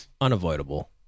Unavoidable